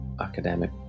academic